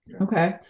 Okay